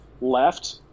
left